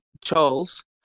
Charles